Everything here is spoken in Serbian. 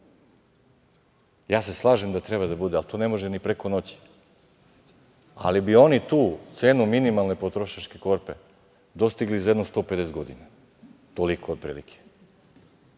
se slažem da treba da bude, ali to ne može ni preko noći, ali bi oni tu cenu minimalne potrošačke korpe dostigli za jedno 150 godina, toliko otprilike.